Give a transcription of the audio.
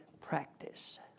practice